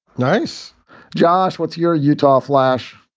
nice job. what's your utah flash?